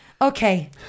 okay